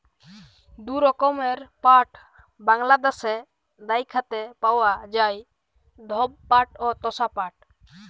দু রকমের পাট বাংলাদ্যাশে দ্যাইখতে পাউয়া যায়, ধব পাট অ তসা পাট